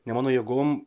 ne mano jėgom